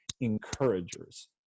encouragers